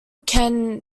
can